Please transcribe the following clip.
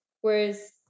Whereas